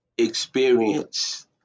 experience